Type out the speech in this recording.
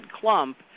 clump